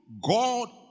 God